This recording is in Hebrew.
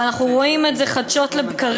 אבל אנחנו רואים את זה חדשים לבקרים,